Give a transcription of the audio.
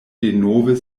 denove